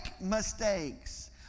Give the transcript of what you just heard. mistakes